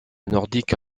nordique